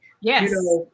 Yes